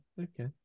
okay